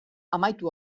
amaitu